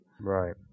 Right